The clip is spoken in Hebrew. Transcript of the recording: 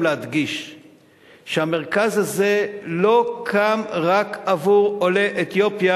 גם להדגיש שהמרכז הזה לא קם רק בעבור עולי אתיופיה,